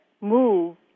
move